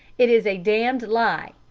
it is a damned lie,